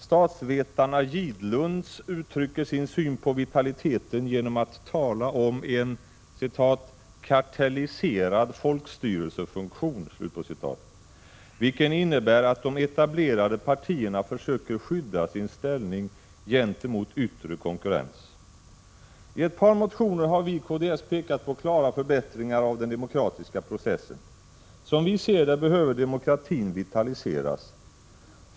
Statsvetarna Gidlund uttrycker sin syn på vitaliteten genom att tala om en ”kartelliserad folkstyrelsefunktion”, vilken innebär att de etablerade partierna försöker skydda sin ställning gentemot yttre konkurrens. I ett par motioner har vi i kds pekat på klara förbättringar av den demokratiska processen. Som vi ser det behöver demokratin vitaliseras.